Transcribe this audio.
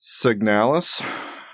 Signalis